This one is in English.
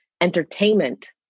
entertainment